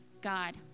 God